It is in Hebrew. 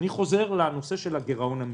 אני חוזר לנושא של הגירעון המבני.